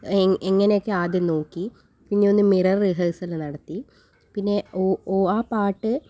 എങ്ങ എങ്ങനെയൊക്കെ ആദ്യം നോക്കി പിന്നെ ഒന്ന് മിറർ റിഹേസൽ നടത്തി പിന്നെ ഓ ഓ ആ പാട്ട്